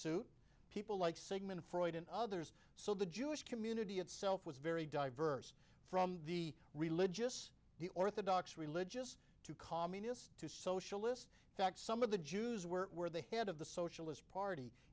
suit people like sigmund freud and others so the jewish community itself was very diverse from the religious the orthodox religious to communists to socialist that some of the jews were the head of the socialist party